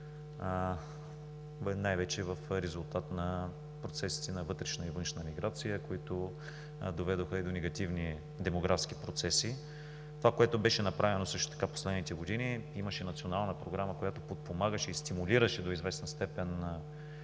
най-вече в резултат на процесите на вътрешна и външна миграция, които доведоха и до негативни демографски процеси. Това, което беше направено в последните години – имаше национална програма, която подпомагаше и стимулираше до известна степен